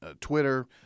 Twitter